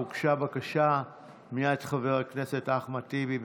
הוגשה בקשה מאת חבר הכנסת אחמד טיבי.